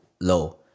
low